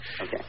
Okay